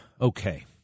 okay